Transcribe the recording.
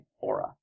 aura